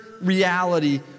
reality